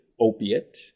opiate